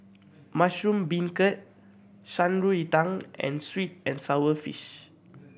mushroom beancurd Shan Rui Tang and sweet and sour fish